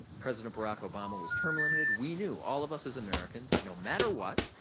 president barack obama was term limited. we knew, all of us as americans, that no matter what,